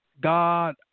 God